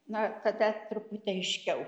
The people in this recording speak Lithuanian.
na kada truputį aiškiau